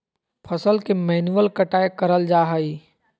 फसल के मैन्युअल कटाय कराल जा हइ